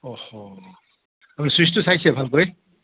অহ্ হ আপুনি চুইটচটো চাইছে ভালকৈ